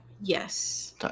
Yes